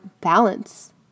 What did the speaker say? balance